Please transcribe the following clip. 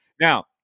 Now